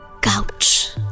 Couch